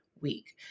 week